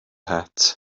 het